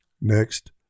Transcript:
Next